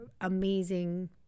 amazing